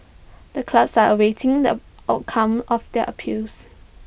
the clubs are awaiting the outcome of their appeals